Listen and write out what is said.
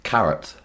Carrot